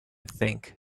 think